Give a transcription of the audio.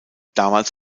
damals